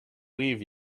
leave